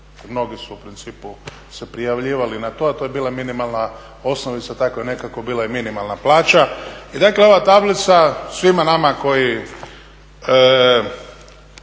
mnogi su u principu se prijavljivali na to, a to je bila minimalna osnovica, tako nekako je bila i minimalna plaća. I dakle, ova tablica svima nama koji